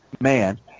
man